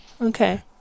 Okay